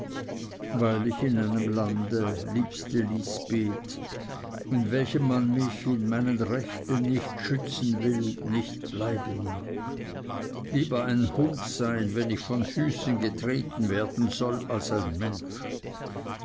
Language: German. weil ich in einem lande liebste lisbeth in welchem man mich in meinen rechten nicht schützen will nicht bleiben mag lieber ein hund sein wenn ich von füßen getreten werden soll als ein mensch